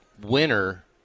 winner